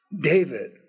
David